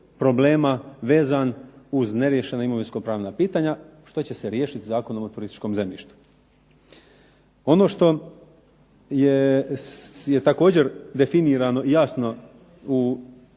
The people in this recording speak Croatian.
problema vezan uz neriješena imovinsko-pravna pitanja što će se riješit Zakonom o turističkom zemljištu. Ono što je također definirano jasno u